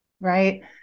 right